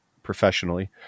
professionally